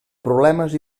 problemes